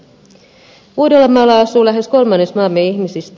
uudellamaalla asuu lähes kolmannes maamme ihmisistä